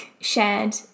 shared